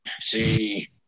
See